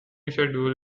schedule